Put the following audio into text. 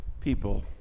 people